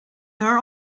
her